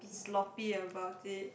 sloppy about it